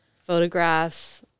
photographs